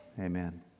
Amen